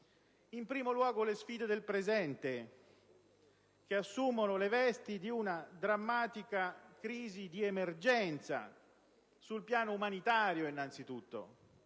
In primo luogo, le sfide del presente, che assumono le vesti di una drammatica crisi di emergenza, sul piano umanitario, innanzitutto.